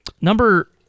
Number